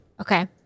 Okay